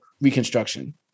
reconstruction